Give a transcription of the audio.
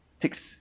takes